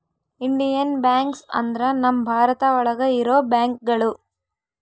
Indian banks ಅಂದ್ರ ನಮ್ ಭಾರತ ಒಳಗ ಇರೋ ಬ್ಯಾಂಕ್ಗಳು